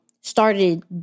started